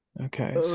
Okay